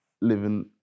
living